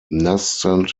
nascent